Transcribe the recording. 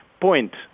point